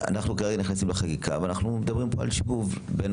אנחנו כרגע נכנסים לחקיקה ואנחנו מדברים פה על שיבוב בין